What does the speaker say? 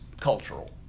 cultural